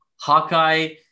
Hawkeye